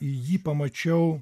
jį pamačiau